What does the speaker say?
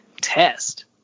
Test